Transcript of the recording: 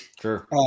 Sure